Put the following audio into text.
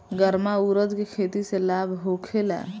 गर्मा उरद के खेती से लाभ होखे ला?